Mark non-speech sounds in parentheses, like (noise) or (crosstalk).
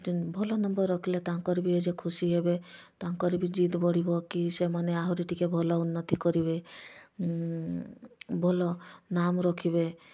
ଭଲ ନମ୍ବର ରଖିଲେ ତାଙ୍କର ବି (unintelligible) ଖୁସି ହେବେ ତାଙ୍କର ବି ଜିଦ ବଢ଼ିବ କି ସେମାନେ ଆହୁରି ଟିକେ ଭଲ ଉନ୍ନତି କରିବେ ଭଲ ନାମ ରଖିବେ